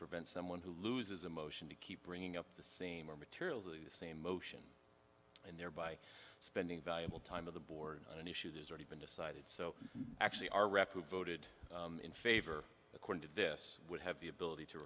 prevent someone who loses a motion to keep bringing up the same or material the same motion and thereby spending valuable time of the board on an issue that is already been decided so actually our rep who voted in favor of this would have the ability to